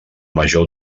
major